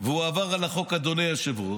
והוא עבר על החוק, אדוני היושב-ראש,